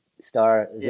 star